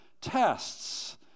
tests